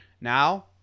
Now